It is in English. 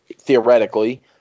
theoretically